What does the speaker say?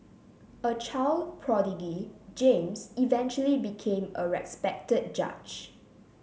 a child prodigy James eventually became a respected judge